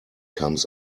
comes